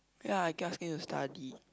ya I keep asking you to study